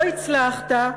לא הצלחת,